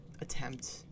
attempt